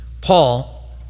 Paul